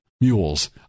mules